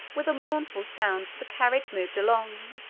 with a mournful sound, as the carriage moved along.